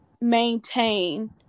maintain